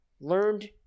learned